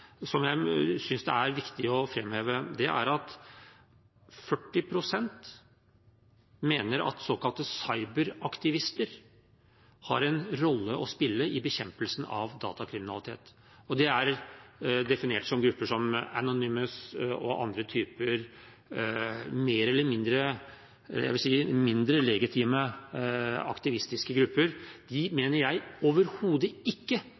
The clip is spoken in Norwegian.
som jeg synes det er viktig å framheve, er at 40 pst. mener at såkalte cyber-aktivister har en rolle å spille i bekjempelsen av datakriminalitet. Det er definert som grupper som Anonymous og andre typer mer eller mindre – jeg vil si – mindre, legitime aktivistiske grupper. De mener jeg overhodet ikke